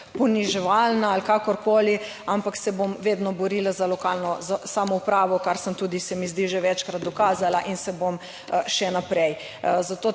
poniževalna ali kakorkoli, ampak se bom vedno borila za lokalno samoupravo, kar sem tudi, se mi zdi, že večkrat dokazala in se bom še naprej, zato